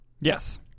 yes